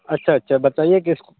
اچھا اچھا بتائیے کس